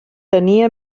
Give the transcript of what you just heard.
tenia